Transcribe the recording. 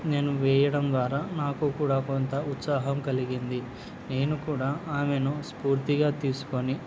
నేను వేయడం ద్వారా నాకు కూడా కొంత ఉత్సాహం కలిగింది నేను కూడా ఆమెను స్ఫూర్తిగా తీసుకొని